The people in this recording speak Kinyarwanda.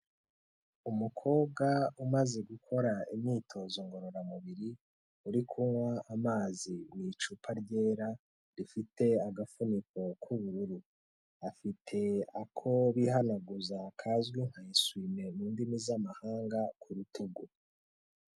Umukobwa umaze gukora imyitozo ngororamubiri, uri kunywa amazi mu icupa ryera, rifite agafuniko k'ubururu, afite ako bihanaguza kazwi nka esume mu ndimi z'amahanga ku rutugu.